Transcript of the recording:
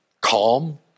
calm